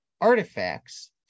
artifacts